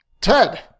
Ted